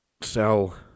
sell